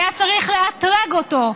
היה צריך לאתרג אותו.